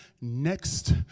next